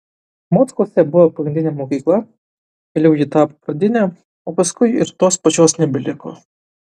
mockuose buvo pagrindinė mokykla vėliau ji tapo pradinė o paskui ir tos pačios nebeliko